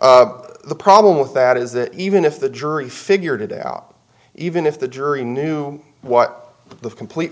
the problem with that is that even if the jury figured it out even if the jury knew what the complete